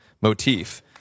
motif